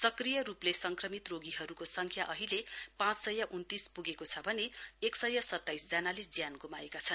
सक्रिय रूपले संक्रमित रोगीहरूको संख्या अहिले पाँच सय उन्तीस पुगेको छ भने एक सय सताइस जनाले ज्यान गुमाएका छन्